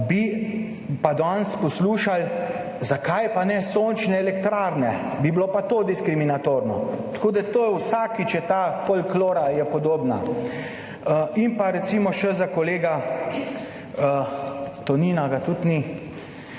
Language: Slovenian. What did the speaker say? bi pa danes poslušali, zakaj pa ne sončne elektrarne, bi bilo pa to diskriminatorno. Tako da je vsakič ta folklora podobna. In pa recimo še za kolega Tonina, ki ga tudi ni,